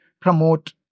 promote